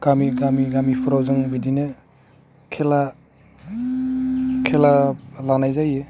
गामि गामि गामिफ्राव जों बिदिनो खेला खेला लानाय जायो